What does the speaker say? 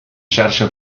xarxa